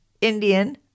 Indian